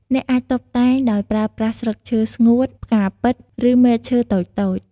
អ្នកអាចតុបតែងដោយប្រើប្រាស់ស្លឹកឈើស្ងួត ផ្កាពិត ឬមែកឈើតូចៗ។